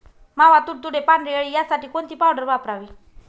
मावा, तुडतुडे, पांढरी अळी यासाठी कोणती पावडर वापरावी?